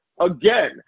again